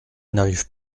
n’arrive